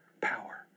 power